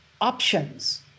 options